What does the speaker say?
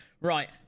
right